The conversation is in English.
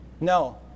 No